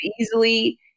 easily